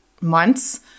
months